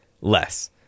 less